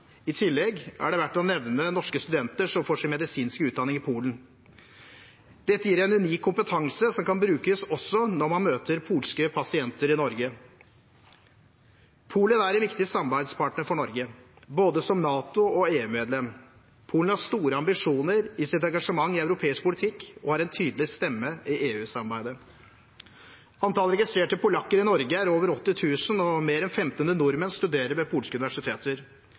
I tillegg er det verdt å nevne norske studenter som får sin medisinske utdanning i Polen. Dette gir en unik kompetanse som kan brukes også når man møter polske pasienter i Norge. Polen er en viktig samarbeidspartner for Norge både som Nato- og EU-medlem. Polen har store ambisjoner i sitt engasjement i europeisk politikk og har en tydelig stemme i EU-samarbeidet. Antall registrerte polakker i Norge er over 80 000, og mer enn 1 500 nordmenn studerer ved polske universiteter,